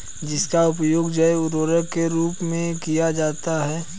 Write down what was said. किसका उपयोग जैव उर्वरक के रूप में किया जाता है?